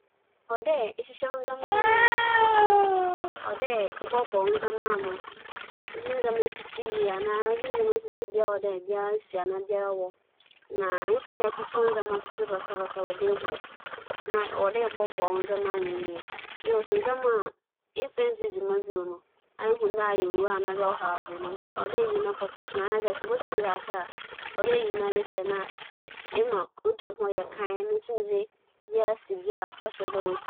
Sɛ me nyɛnko bi pɛ dɛ ͻboaboa ne ndzɛmba ano yie na ne ndzɛmba anndeda basa basa a, afotu a medze ma no nye dɛ odzi kan, ͻbͻkͻ abaɛfor ntentɛn kɛse no do. Ndɛ yɛwͻ ndzɛmba pii a obotum ahyehyɛ w'edwuma, wo biribiara epɛ dɛ eyɛ nyinara ama wo kama kama. ͻno ibotum akͻ beebi akͻ hor na edze abɛfam wo dan mu. Da w'enyi bͻ do no, ͻkaakaa wo ma eboaboa wo ndzɛmba ano yie.